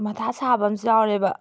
ꯃꯊꯥ ꯁꯥꯕ ꯑꯃꯁꯨ ꯌꯥꯎꯔꯦꯕ